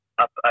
up